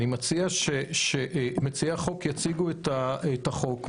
ואני מציע שמציעי החוק יציגו את החוק,